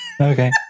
Okay